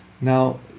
Now